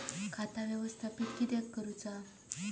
खाता व्यवस्थापित किद्यक करुचा?